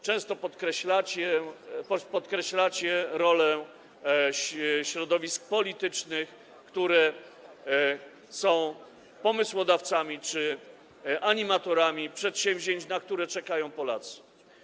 Często podkreślacie rolę środowisk politycznych, które są pomysłodawcami czy animatorami przedsięwzięć, na które czekają Polacy.